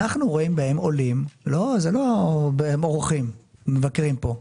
אנחנו רואים בהם עולים, הם לא אורחים, מבקרים פה.